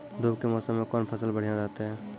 धूप के मौसम मे कौन फसल बढ़िया रहतै हैं?